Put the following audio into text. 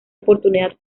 oportunidad